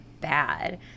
bad